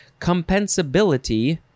Compensability